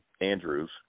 Andrews